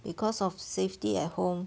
because of safety at home